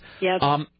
Yes